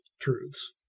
truths